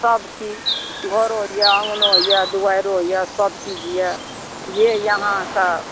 सभ चीज घरो अइ अङ्गनो अइ दुआरिओ अइ सभ किछु अइ जे जहाँ कऽ